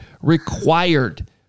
required